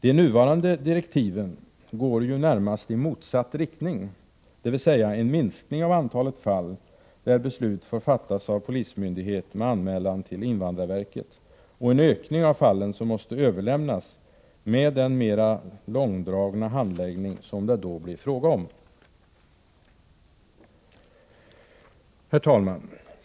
De nuvarande direktiven går ju närmast i motsatt riktning, dvs. en minskning av antalet fall där beslut får fattas av polismyndighet med anmälan till invandrarverket och en ökning av de fall som måste överlämnas till invandrarverket med den mera långdragna handläggning som det då blir fråga om. Herr talman!